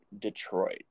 Detroit